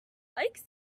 like